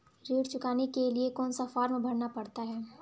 ऋण चुकाने के लिए कौन सा फॉर्म भरना पड़ता है?